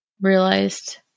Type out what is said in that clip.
realized